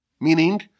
meaning